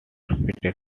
fitted